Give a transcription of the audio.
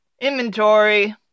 inventory